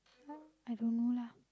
uh I don't know lah